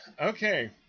Okay